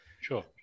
Sure